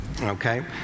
Okay